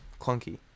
clunky